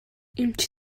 эмч